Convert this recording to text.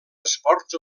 esports